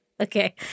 Okay